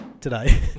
today